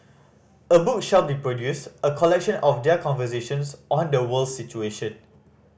a book shall be produced a collection of their conversations on the world's situation